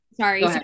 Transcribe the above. sorry